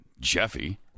Jeffy